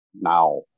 now